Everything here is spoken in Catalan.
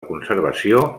conservació